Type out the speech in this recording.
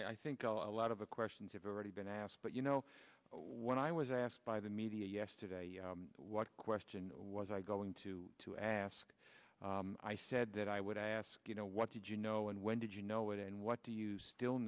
chairman i think i'll a lot of the questions have already been asked but you know when i was asked by the media yesterday what question was i going to to ask i said that i would ask you know what did you know and when did you know it and what do you still